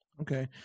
Okay